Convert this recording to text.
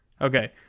Okay